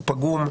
הוא פגום,